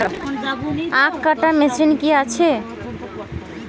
আখ কাটা মেশিন কি আছে?